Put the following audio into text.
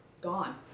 Gone